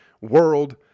world